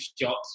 shots